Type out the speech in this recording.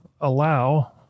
allow